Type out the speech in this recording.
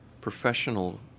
professional